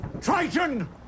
Triton